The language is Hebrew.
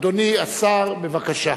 אדוני השר, בבקשה.